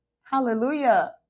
Hallelujah